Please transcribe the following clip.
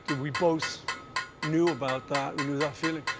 we both knew about that, we knew that feeling,